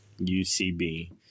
UCB